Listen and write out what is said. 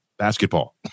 Basketball